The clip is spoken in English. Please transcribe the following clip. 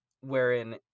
wherein